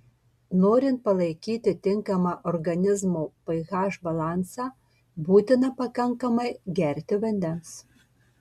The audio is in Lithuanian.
norint palaikyti tinkamą organizmo ph balansą būtina pakankamai gerti vandens